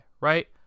right